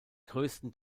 größten